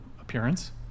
appearance